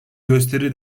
gösteri